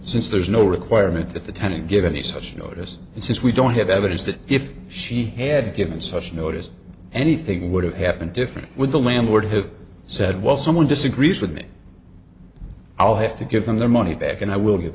since there's no requirement that the tenant give any such notice and since we don't have evidence that if she had given such notice anything would have happened different with the landlord who said well someone disagrees with me i'll have to give them their money back and i will give